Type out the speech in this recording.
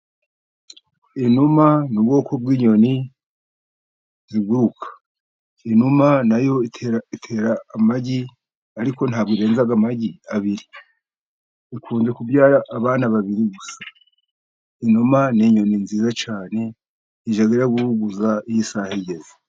Inuma n'ubwoko bw'inyoni ziguruka, inuma nayo itera amagi ariko ntabwo irenza amagi abiri, ikunze kubyara abana babiri gusa, inuma n'inyoni nziza cyane ijya iraguguza iyo isaha igeze.